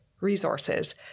resources